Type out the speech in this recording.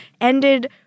ended